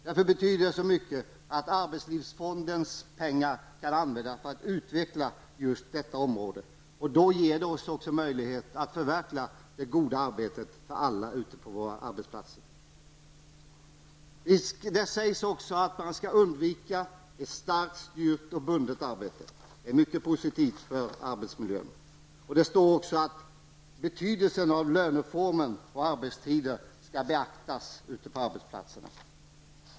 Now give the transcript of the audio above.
Det är betydelsefullt att just arbetslivsfondens pengar kan användas för utveckling på detta område. Då blir det också möjligt att förverkliga det goda arbetet för alla på våra arbetsplatser. Det framhålls också att man skall undvika ett starkt styrt och bundet arbete. Det är mycket positivt för arbetsmiljön. Det står också att betydelsen av löneformen och arbetstiderna skall beaktas ute på arbetsplatserna.